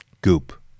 Goop